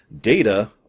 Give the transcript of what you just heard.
Data